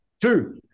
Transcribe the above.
Two